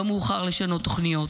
לא מאוחר לשנות תוכניות,